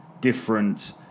different